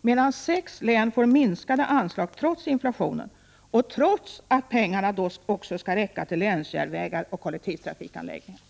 medan sex län får minskade anslag trots inflationen och trots att pengarna skall räcka också till länsjärnvägar och kollektivtrafikanläggningar.